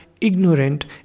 ignorant